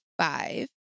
five